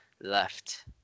left